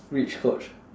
rich coach